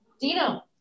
Dino